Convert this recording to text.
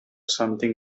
something